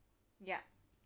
ya